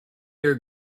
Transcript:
your